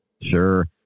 Sure